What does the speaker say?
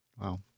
Wow